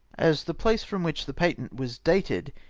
as the place from which the patent was dated,